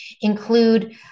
include